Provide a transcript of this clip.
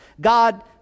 God